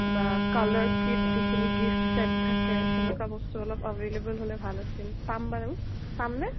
বা colour kit যিখিনি gift set থাকে সেনেকুৱা বস্তু অলপ অভেইলেবল হ'লে ভাল আছিল পাম বাৰু পাম নে